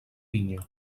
pinya